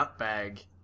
nutbag